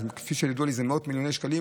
אבל כפי שידוע לי זה מאות מיליוני שקלים,